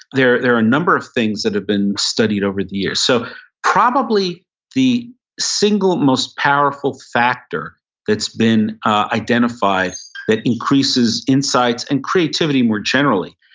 there there are a number of things that have been studied over the years. so probably the single most powerful factor that's been identified that increases insights and creativity more generally,